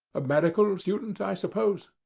a medical student, i suppose?